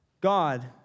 God